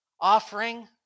offering